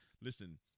listen